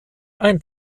ein